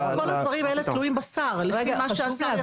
כל הדברים האלה תלויים בשר, לפי מה שהשר יחליט.